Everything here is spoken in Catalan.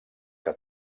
que